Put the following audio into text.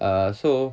uh so